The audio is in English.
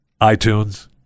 iTunes